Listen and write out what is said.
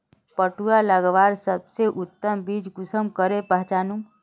पटुआ लगवार सबसे उत्तम बीज कुंसम करे पहचानूम?